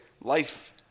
life